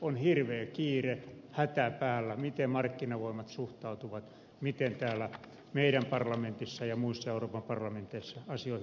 on hirveä kiire hätä päällä miten markkinavoimat suhtautuvat miten täällä meidän parlamentissa ja muissa euroopan parlamenteissa asioihin suhtaudutaan